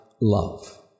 love